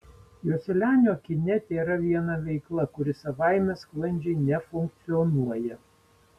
joselianio kine tėra viena veikla kuri savaime sklandžiai nefunkcionuoja